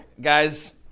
guys